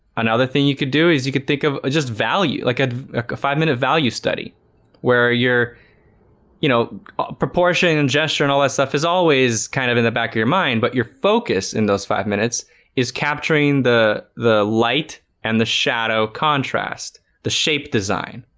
another thing you could do is you could think of just value like add a five minute value study where you're you know proportion and gesture and all that stuff is always kind of in the back of your mind but your focus in those five minutes is capturing the the light and the shadow contrast the shape design,